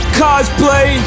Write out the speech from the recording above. cosplay